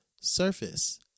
surface